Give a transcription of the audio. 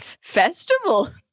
Festival